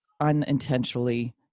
unintentionally